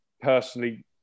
personally